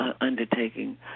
undertaking